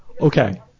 Okay